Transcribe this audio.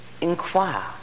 inquire